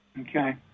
Okay